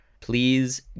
Please